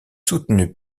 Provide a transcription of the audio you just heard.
soutenu